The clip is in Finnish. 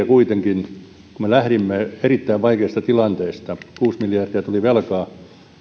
kuitenkin hallitus lähti erittäin vaikeasta tilanteesta kuusi miljardia tuli velkaa